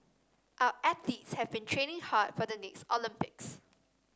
our athletes have been training hard for the next Olympics